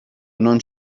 non